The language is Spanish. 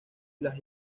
las